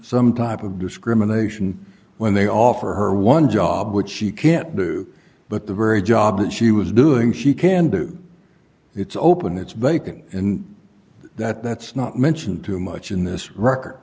some type of discrimination when they offer her one job which she can't do but the very job that she was doing she can do it's open it's bacon in that that's not mentioned too much in this record